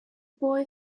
boy